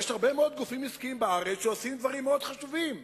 יש הרבה מאוד גופים עסקיים בארץ שעושים דברים חשובים מאוד.